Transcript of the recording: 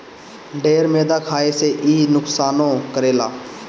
ढेर मैदा खाए से इ नुकसानो करेला